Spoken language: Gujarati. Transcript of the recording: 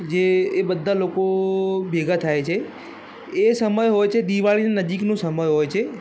જે એ બધા લોકો ભેગા થાય છે એ સમય હોય છે દિવાળીનો નજીકનો સમય હોય છે